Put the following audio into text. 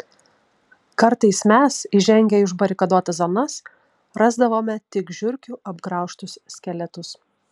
kartais mes įžengę į užbarikaduotas zonas rasdavome tik žiurkių apgraužtus skeletus